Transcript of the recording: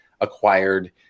acquired